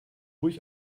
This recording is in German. ruhig